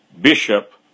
bishop